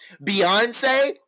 Beyonce